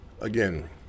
Again